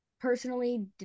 personally